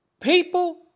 People